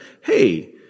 hey